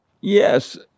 yes